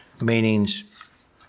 meanings